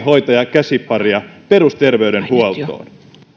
hoitajakäsiparia perusterveydenhuoltoon